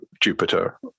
jupiter